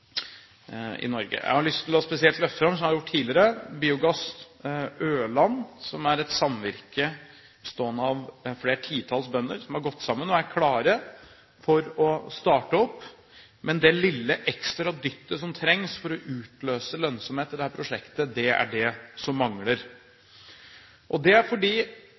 i Norge. Jeg har lyst til spesielt å løfte fram, som jeg har gjort tidligere, Biogass Ørland, som er et samvirke bestående av flere titalls bønder som har gått sammen og er klare for å starte opp. Men det lille ekstra dyttet som trengs for å utløse lønnsomhet i dette prosjektet, er det som mangler,